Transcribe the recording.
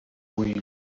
wind